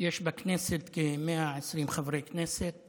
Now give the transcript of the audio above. יש בכנסת 120 חברי כנסת